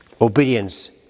obedience